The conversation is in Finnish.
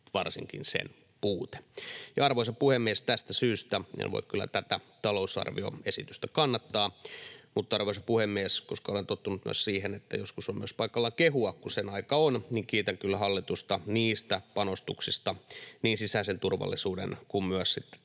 varsinkin sen puute. Arvoisa puhemies, tästä syystä en voi kyllä tätä talousarvioesitystä kannattaa. Mutta, arvoisa puhemies, koska olen tottunut myös siihen, että joskus on myös paikallaan kehua, kun sen aika on, niin kiitän kyllä hallitusta panostuksista niin sisäisen turvallisuuden kuin myös